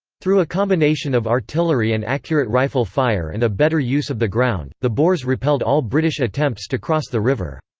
through a combination of artillery and accurate rifle fire and a better use of the ground, the boers repelled all british attempts to cross the river.